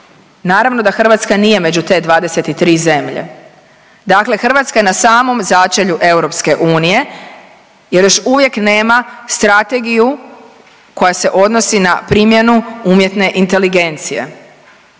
Naravno da Hrvatska nije među te 23 zemlje, dakle Hrvatska je na samom začelju EU jer još uvijek nema strategiju koja se odnosi na primjenu umjetne inteligencije,